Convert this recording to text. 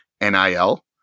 NIL